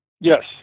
Yes